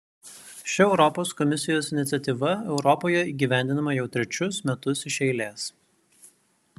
ši europos komisijos iniciatyva europoje įgyvendinama jau trečius metus iš eilės